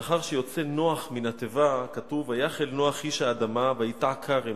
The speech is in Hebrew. לאחר שיוצא נח מן התיבה כתוב: "ויחל נח איש האדמה ויטע כרם".